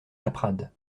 laprade